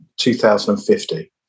2050